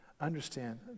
Understand